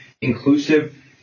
inclusive